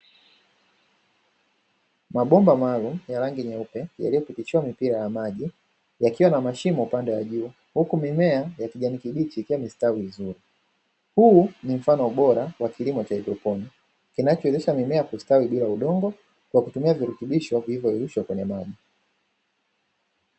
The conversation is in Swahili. Mabomba maalumu ya rangi nyeupe yaliyo pitishiwa mipira ya maji yakiwa na mashimo upande wa juu, huku mimea ya kijani kibichi ikiwa imestawi vizuri, huu ni mfano bora wa kilimo cha haidroponi kinachowezesha mimea kustawi bila udongo kwa kutumia virutubisho vilivyoyeyushwa kwenye maji.